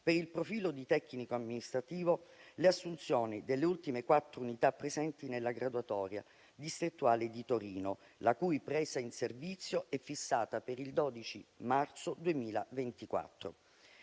per il profilo di tecnico amministrativo, le assunzioni delle ultime quattro unità presenti nella graduatoria distrettuale di Torino, la cui presa in servizio è fissata per il 12 marzo 2024.